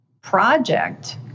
project